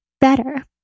better